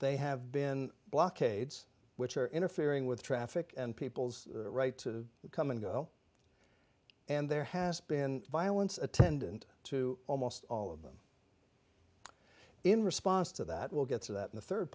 they have been blockades which are interfering with traffic and people's right to come and go and there has been violence attendant to almost all of them in response to that we'll get to that in the third